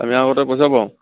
আমি আগতে পইচা পাওঁ